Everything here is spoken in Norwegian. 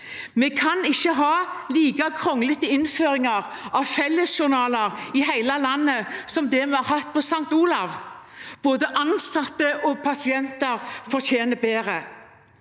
Vi kan ikke ha en like kronglete innføring av felles journal i hele landet som det vi har hatt på St. Olavs hospital. Både ansatte og pasienter fortjener bedre.